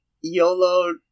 YOLO